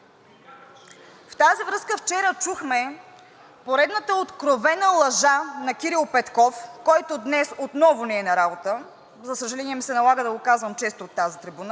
В тази връзка вчера чухме поредната откровена лъжа на Кирил Петков, който днес отново не е на работа. За съжаление, ми се налага да го казвам често от тази трибуна.